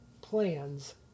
plans